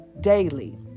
daily